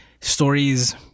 stories